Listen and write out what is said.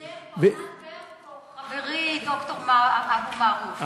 ענת ברקו, חברי ד"ר אבו מערוף.